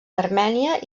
armènia